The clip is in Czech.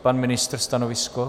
Pan ministr, stanovisko?